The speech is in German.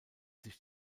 sich